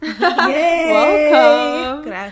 Welcome